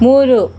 ಮೂರು